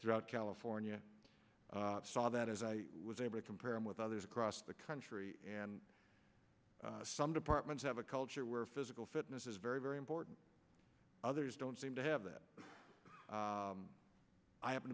throughout california saw that as i was a bit comparing with others across the country and some departments have a culture where physical fitness is very very important others don't seem to have that i happen